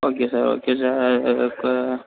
okay sir okay sir கு